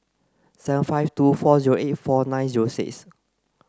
seven five two four zero eight four nine zero six